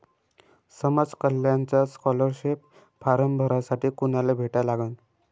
समाज कल्याणचा scholarship form भरासाठी कुनाले भेटा लागन?